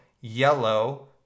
Yellow